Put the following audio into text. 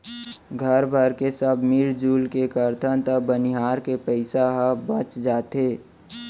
घर भरके सब मिरजुल के करथन त बनिहार के पइसा ह बच जाथे